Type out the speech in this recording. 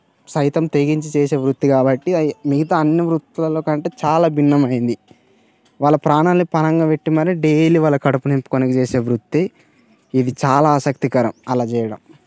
సైతం తెగించి చేసే వృత్తి కాబట్టి అది మిగతా అన్ని వృత్తులలో కంటే చాలా భిన్నమైనది వాళ్ళ ప్రాణాల్నే పణంగా పెట్టి మరి ఇది చాలా ఆసక్తికరమైన డైలీ వాళ్ళ కడుపు నింపుకోనీకి చేసే వృత్తి ఇది చాలా ఆసక్తికరం అలా చేయడం